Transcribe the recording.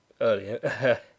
earlier